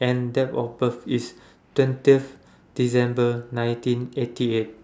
and Date of birth IS twenty December nineteen eighty eight